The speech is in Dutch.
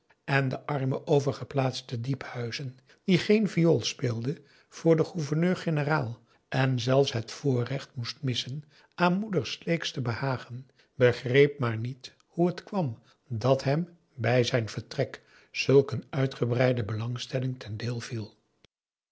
en de arme overgeplaatste diephuizen die geen viool speelde voor den goup a daum de van der lindens c s onder ps maurits verneur generaal en zelfs het voorrecht moest missen aan moeder sleeks te behagen begreep maar niet hoe het kwam dat hem bij zijn vertrek zulk een uitgebreide belangstelling ten deel viel